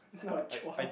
is not a chores